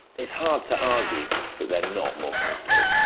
it's hard to argue that they're not more comfortable.